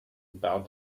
about